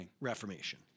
reformation